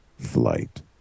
Flight